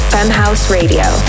FemhouseRadio